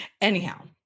anyhow